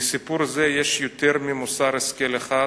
לסיפור זה יש יותר ממוסר השכל אחד,